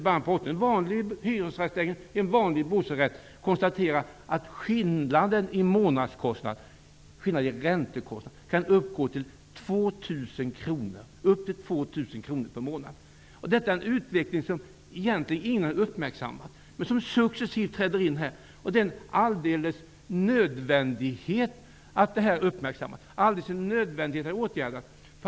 För en vanlig hyresrätt eller bostadsrätt från början av 80 talet kan vi konstatera att skillnaden i räntekostnad kan uppgå till 2 000 kr per månad. Detta är en utveckling som egentligen ingen har uppmärksammat. Det träder in successivt, och det är alldeles nödvändigt att denna utveckling uppmärksammas och åtgärdas.